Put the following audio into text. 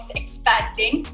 expanding